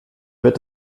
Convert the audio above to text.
wird